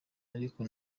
ariko